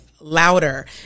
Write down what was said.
louder